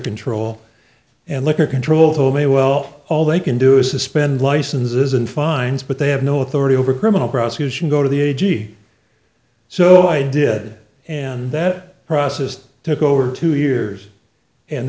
control and liquor control may well all they can do is suspend licenses and fines but they have no authority over criminal prosecution go to the a g so i did and that process took over two years and